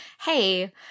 hey